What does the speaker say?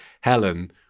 Helen